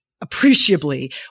appreciably